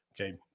Okay